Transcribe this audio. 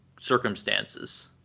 circumstances